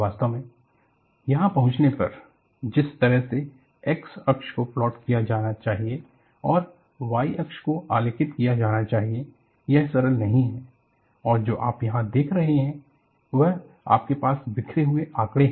वास्तव में यहां पहुंचने पर जिस तरह से x अक्ष को प्लॉट किया जाना चाहिए और Y अक्ष को आलेखित किया जाना चाहिए यह सरल नहीं है और जो आप यहां देख रहे है वह आपके पास बिखरे हुए आकड़े है